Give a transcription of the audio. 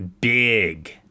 big